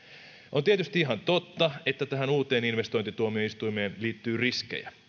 on tietysti ihan totta että tähän uuteen investointituomioistuimeen liittyy riskejä